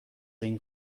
این